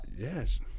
Yes